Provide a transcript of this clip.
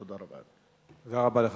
תודה רבה, אדוני.